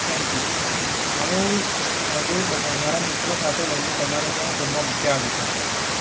thank you હવે હું સાંજે બધા મારા મિત્રો સાથે લઈને તમારે ત્યાં જમવા માટે આવીશ હું